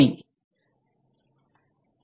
ഞാൻ ഇത് മായ്ക്കട്ടെ ക്ഷമിക്കണം